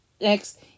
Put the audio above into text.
next